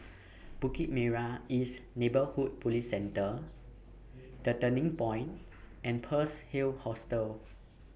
Bukit Merah East Neighbourhood Police Centre The Turning Point and Pearl's Hill Hostel